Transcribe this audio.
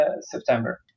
September